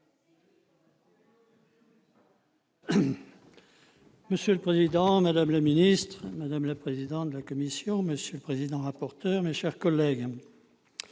Monsieur le président, madame la ministre, madame la vice-présidente de la commission des lois, monsieur le président-rapporteur, mes chers collègues,